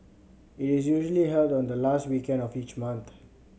it is usually held on the last weekend of each month